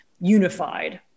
unified